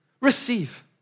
Receive